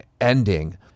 ending